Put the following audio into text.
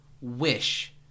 wish